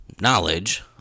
knowledge